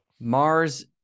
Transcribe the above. Mars